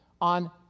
on